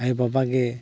ᱟᱭᱳᱵᱟᱵᱟᱜᱮ